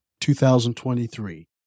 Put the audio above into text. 2023